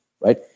right